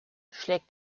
schlägt